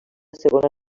segona